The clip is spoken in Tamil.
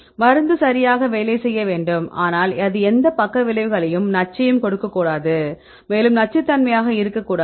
மருந்து சரியாக வேலை செய்ய வேண்டும் ஆனால் அது எந்த பக்க விளைவுகளையும் நச்சையும் கொடுக்கக்கூடாது மேலும் நச்சுத்தன்மையாக இருக்கக்கூடாது